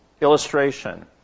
Illustration